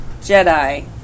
Jedi